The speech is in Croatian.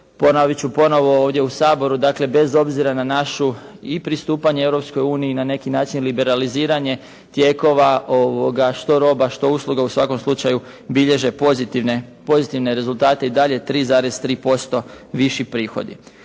ponovit ću ponovo ovdje u Saboru, dakle bez obzira na našu i pristupanje Europskoj uniji i na neki način liberaliziranje tijekova što roba što usluga. U svakom slučaju bilježe pozitivne, pozitivne rezultate. I dalje 3,3% viši prihodi.